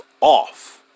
off